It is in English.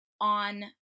on